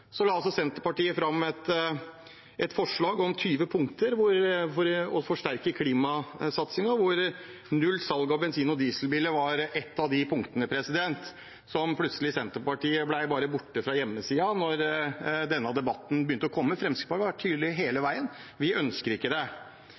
la altså Senterpartiet fram et forslag med 20 punkter for å forsterke klimasatsingen, hvor null salg av bensin- og dieselbiler var ett av de punktene. Det ble plutselig bare borte fra hjemmesiden til Senterpartiet da denne debatten begynte å komme. Fremskrittspartiet har vært tydelige hele